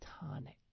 tonic